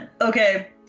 Okay